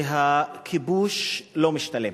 שהכיבוש לא משתלם,